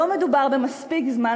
לא מדובר במספיק זמן,